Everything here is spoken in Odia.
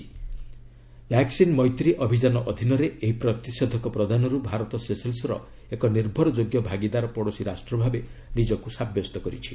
'ଭାକ୍ସିନ୍ ମୈତ୍ରୀ' ଅଭିଯାନ ଅଧୀନରେ ଏହି ପ୍ରତିଷେଧକ ପ୍ରଦାନରୁ ଭାରତ ସେସେଲ୍ସ୍ର ଏକ ନିର୍ଭରଯୋଗ୍ୟ ଭାଗିଦାର ପଡ଼ୋଶୀ ରାଷ୍ଟ୍ର ଭାବେ ନିଜକୁ ସାବ୍ୟସ୍ତ କରିଛି